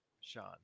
Sean